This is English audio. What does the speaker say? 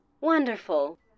Wonderful